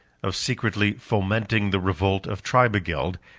of secretly fomenting the revolt of tribigild,